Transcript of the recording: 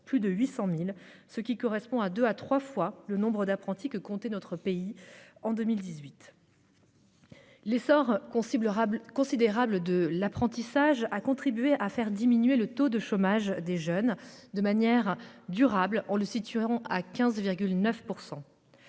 de 800 000. Cela correspond à deux ou trois fois le nombre d'apprentis que comptait notre pays en 2018. L'essor considérable de l'apprentissage a contribué à faire diminuer le taux de chômage des jeunes de manière durable, en le situant à 15,9 %.